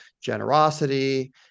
generosity